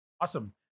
awesome